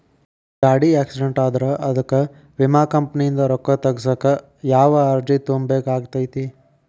ಗಾಡಿ ಆಕ್ಸಿಡೆಂಟ್ ಆದ್ರ ಅದಕ ವಿಮಾ ಕಂಪನಿಯಿಂದ್ ರೊಕ್ಕಾ ತಗಸಾಕ್ ಯಾವ ಅರ್ಜಿ ತುಂಬೇಕ ಆಗತೈತಿ?